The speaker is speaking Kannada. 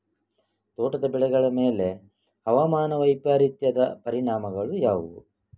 ತೋಟದ ಬೆಳೆಗಳ ಮೇಲೆ ಹವಾಮಾನ ವೈಪರೀತ್ಯದ ಪರಿಣಾಮಗಳು ಯಾವುವು?